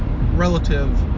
Relative